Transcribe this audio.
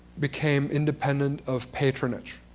became independent of patronage.